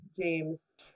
James